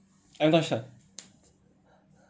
I'm not sure